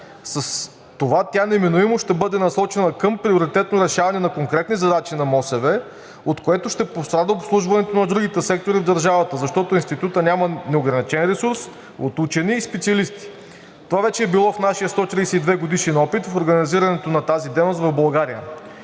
С това тя неминуемо ще бъде насочена към приоритетно решаване на конкретни задачи на МОСВ, от което ще пострада обслужването на другите сектори в държавата, защото Институтът няма неограничен ресурс от учени и специалисти. Това вече е било в нашия 132-годишен опит при организирането на тази дейност в България.